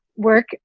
work